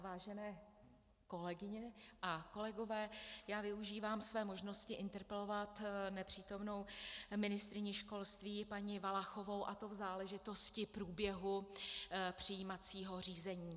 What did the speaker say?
Vážené kolegyně a kolegové, já využívám své možnosti interpelovat nepřítomnou ministryni školství paní Valachovou, a to v záležitosti průběhu přijímacího řízení.